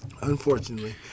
Unfortunately